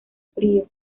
frío